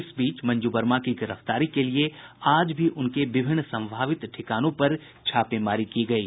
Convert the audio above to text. इस बीच मंजू वर्मा की गिरफ्तारी के लिए आज भी उनके विभिन्न संभावित ठिकानों पर छापेमारी की गयी